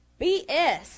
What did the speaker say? BS